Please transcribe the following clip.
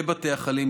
בבתי החולים,